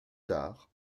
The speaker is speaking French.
tard